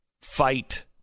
fight